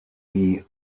wie